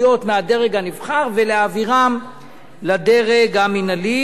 מהדרג הנבחר ולהעבירן לדרג המינהלי,